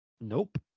Nope